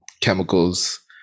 chemicals